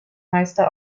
meister